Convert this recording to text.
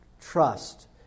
trust